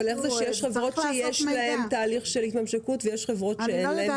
אבל איך זה שיש חברות שיש להן תהליך של התממשקות ויש חברות שאין להן?